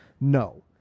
No